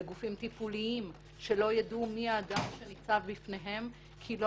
אלה גופים טיפוליים שלא ידעו מי האדם שנמצא בפניהם כי לא